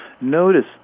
notice